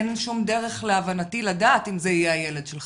להבנתי אין שום דרך לדעת אם זה יהיה הילד שלך.